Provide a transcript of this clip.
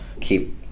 keep